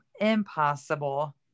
impossible